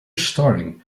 starring